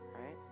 right